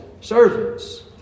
servants